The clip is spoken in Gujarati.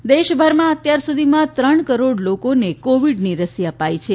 કોવિડ દેશભરમાં અત્યારસુધીમાં ત્રણ કરોડ લોકોને કોવિડની રસી અપાઇ છે